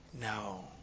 No